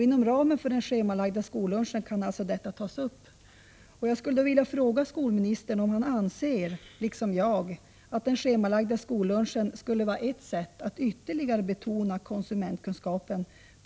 Inom ramen för den schemalagda skollunchen kan alltså detta tas upp.